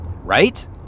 right